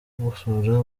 gusura